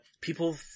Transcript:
people